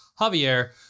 Javier